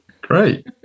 great